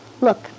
look